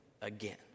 again